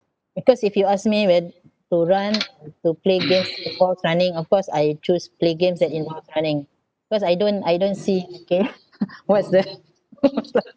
because if you ask me whet~ to run or to play games that involves running of course I choose play games that involve running cause I don't I don't see K what's the